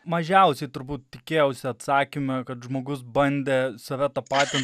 mažiausiai turbūt tikėjausi atsakymo kad žmogus bandė save tapatint